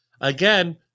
Again